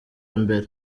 mbere